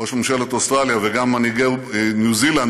ראש ממשלת אוסטרליה וגם מנהיגי ניו זילנד